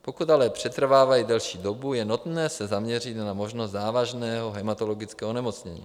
Pokud ale přetrvávají delší dobu, je nutné se zaměřit na možnost závažného hematologického onemocnění.